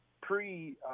pre-